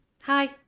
hi